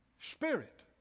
Spirit